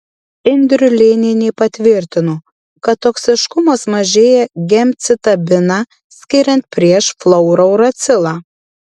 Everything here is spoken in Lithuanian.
indriulėnienė patvirtino kad toksiškumas mažėja gemcitabiną skiriant prieš fluorouracilą